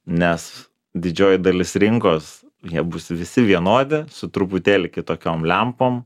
nes didžioji dalis rinkos jie bus visi vienodi su truputėlį kitokiom lempom